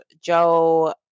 Joe